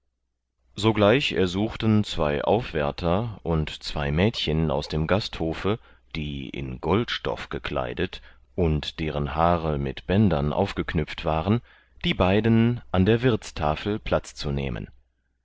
sogleich ersuchten zwei aufwärter und zwei mädchen aus dem gasthofe die in goldstoff gekleidet und deren haare mit bändern aufgeknüpft waren die beiden an der wirthstafel platz zu nehmen